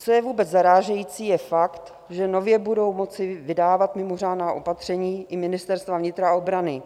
Co je vůbec zarážející, je fakt, že nově budou moci vydávat mimořádná opatření i ministerstva vnitra a obrany.